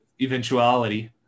eventuality